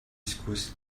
schools